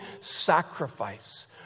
sacrifice